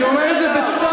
אני אומר את זה בצער,